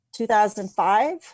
2005